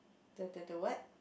the the the what